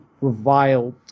reviled